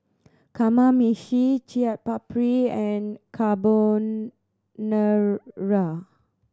Kamameshi Chaat Papri and Carbonara